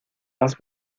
has